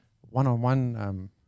one-on-one